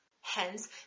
Hence